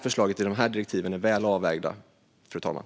Förslagen i dessa direktiv är väl avvägda, fru talman.